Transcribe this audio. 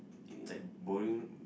eh like bowling